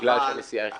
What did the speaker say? בגלל שהנסיעה היא חינם.